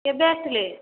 କେବେ ଆସିଥିଲେ